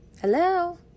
hello